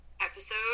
episode